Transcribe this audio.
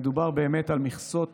מדובר באמת על מכסות